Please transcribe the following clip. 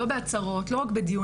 לא בהצהרות לא רק בדיונים,